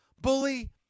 Bully